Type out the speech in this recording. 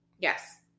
Yes